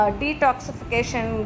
detoxification